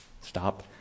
Stop